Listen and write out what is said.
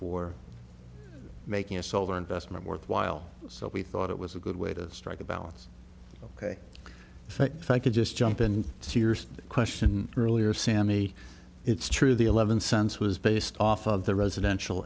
for making a solar investment worthwhile so we thought it was a good way to strike a balance ok thank you just jump in serious question earlier sammy it's true the eleven cents was based off of the residential